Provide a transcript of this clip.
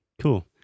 Cool